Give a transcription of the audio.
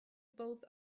both